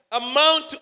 amount